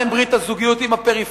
מה עם הזוגיות עם הפריפריה?